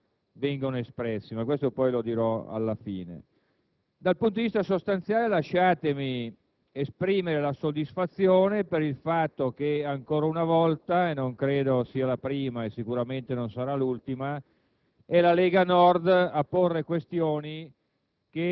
i rapporti di forza che in questo momento vengono espressi. Questo, comunque, lo dirò alla fine. Dal punto di vista sostanziale lasciatemi esprimere soddisfazione per il fatto che ancora una volta - non credo sia la prima, sicuramente non sarà l'ultima